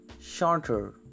Shorter